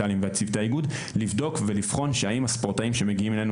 לבדוק ולבחון האם הספורטאים הטובים שמגיעים אלינו,